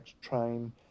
train